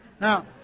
Now